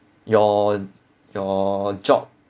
your your job